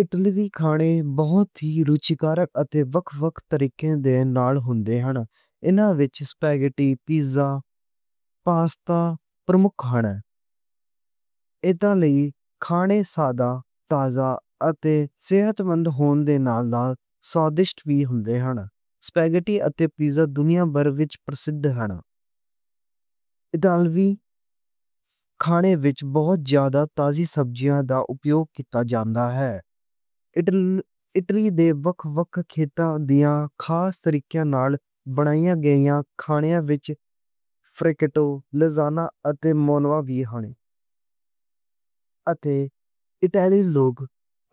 اِٹلی دے کھانے بہت ہی دلچسپ اَتے وکھ وکھ طریقے نال ہُندے ہَن۔ اِناں وِچ اسپگیٹی، پیزا، پاستا پرسدھے ہَن۔ اِٹلی دے کھانے سادے، تازے اَتے صحت مند ہُندے ہَن۔ اسپگیٹی اَتے پیزا دُنیا بھر وِچ پرسدھے ہَن۔ اِٹلی دے کھانਿਆਂ وِچ بہت زیادہ تازہ سبزیاں دا اپیوگ کِتا جاندا ہے۔ اِٹلی دے وکھ وکھ علاقےآں دیاں خاص طریقے نال بنائیاں کھانیاں وی ہَن۔ اَتے اٹلی دے لوک